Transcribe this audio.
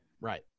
Right